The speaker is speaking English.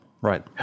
Right